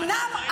אומנם,